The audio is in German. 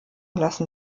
lassen